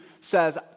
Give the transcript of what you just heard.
says